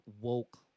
woke